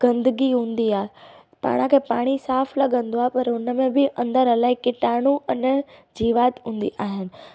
गंदगी हूंदी आहे पाण खे पाणी साफ़ु लॻंदो आहे पर उन में बि अंदरि इलाही किटाणु अने जीवात हूंदी आहिनि